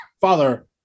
Father